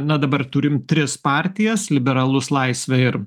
na dabar turim tris partijas liberalus laisvę ir